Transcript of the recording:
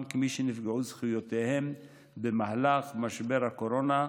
כמי שנפגעו זכויותיהם במהלך משבר הקורונה,